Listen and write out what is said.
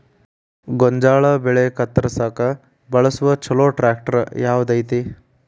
ಗೋಂಜಾಳ ಬೆಳೆ ಕತ್ರಸಾಕ್ ಬಳಸುವ ಛಲೋ ಟ್ರ್ಯಾಕ್ಟರ್ ಯಾವ್ದ್ ಐತಿ?